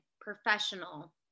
professional